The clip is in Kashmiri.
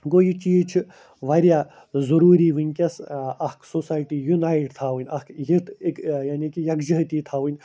گوٚو یہِ چیٖز چھِ واریاہ ضروٗری ؤنکٮ۪س اَکھ سوسایٹی یونایِٹ تھاوٕنۍ اَکھ یُتھ یعنی کہِ یَکجہتی تھاوٕنۍ